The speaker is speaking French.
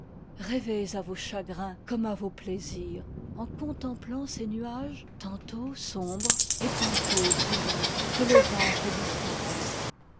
rêvez à vos chagrins comme à vos plaisirs en contemplant ces nuages tantôt sombres et tantôt brillants que le vent fait disparaître